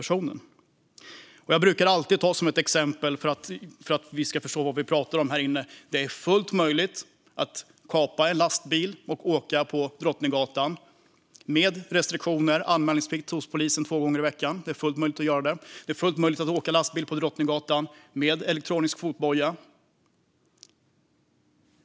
För att vi ska förstå vad vi pratar om här inne brukar jag ta ett exempel. Det är fullt möjligt att kapa en lastbil och åka på Drottninggatan med restriktioner och anmälningsplikt hos polisen två gånger i veckan. Det är fullt möjligt att åka lastbil på Drottninggatan med elektronisk fotboja.